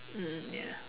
mm ya